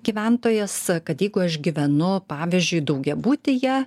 gyventojas kad jeigu aš gyvenu pavyzdžiui daugiabutyje